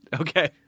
Okay